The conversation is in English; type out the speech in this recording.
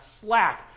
slack